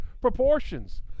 proportions